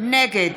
נגד